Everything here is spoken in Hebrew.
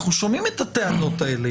אנחנו שומעים את הטענות האלה.